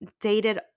dated